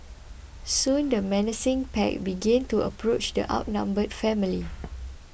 soon the menacing pack began to approach the outnumbered family